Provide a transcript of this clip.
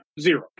Zero